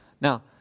Now